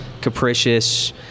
capricious